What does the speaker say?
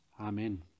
Amen